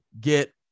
get